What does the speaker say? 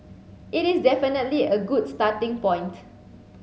it is definitely a good starting point